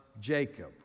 Jacob